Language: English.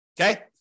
okay